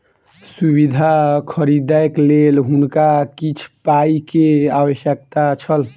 सुविधा खरीदैक लेल हुनका किछ पाई के आवश्यकता छल